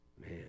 Man